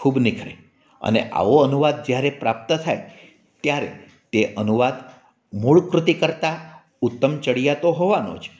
ખૂબ નિખરે અને આવો અનુવાદ જ્યારે પ્રાપ્ત થાય ત્યારે એ અનુવાદ મૂળ કૃતિ કરતાં ઉત્તમ ચડિયાતો હોવાનો જ